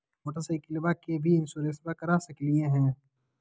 मोटरसाइकिलबा के भी इंसोरेंसबा करा सकलीय है?